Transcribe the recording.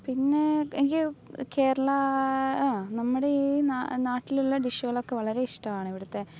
പിന്നെ എനിക്ക് കേരളാ അ നമ്മുടെ ഈ നാ നാട്ടിലുള്ള ഡിഷ്കളൊക്കെ വളരെ ഇഷ്ട്ടാവാണ് ഇവിടുത്തെ